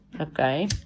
okay